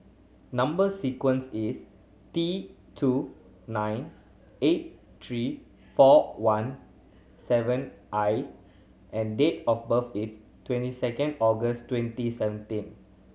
number sequence is T two nine eight three four one seven I and date of birth is twenty second August twenty seventeen